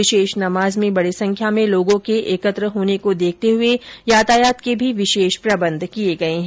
विशेष नमाज में बडी संख्या में लोगों के एकत्र होने को देखते हुए यातायात के भी विशेष प्रबन्ध किये गये है